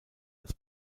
als